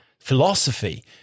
Philosophy